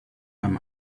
beim